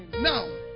Now